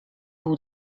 był